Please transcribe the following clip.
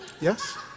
Yes